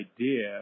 idea